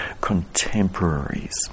contemporaries